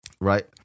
Right